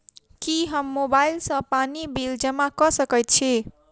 की हम मोबाइल सँ पानि बिल जमा कऽ सकैत छी?